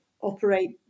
operate